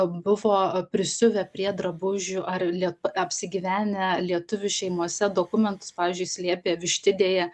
buvo prisiuvę prie drabužių ar lie apsigyvenę lietuvių šeimose dokumentus pavyzdžiui slėpė vištidėje